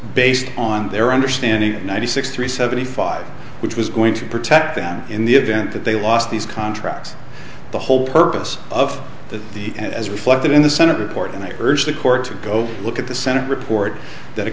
based on their understanding ninety six three seventy five which was going to protect them in the event that they lost these contracts the whole purpose of the as reflected in the senate report and i urge the court to go look at the senate report that